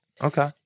Okay